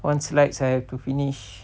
one slide I have to finish